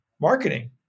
marketing